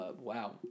Wow